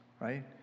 right